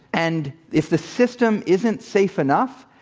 and if the system isn't safe enough,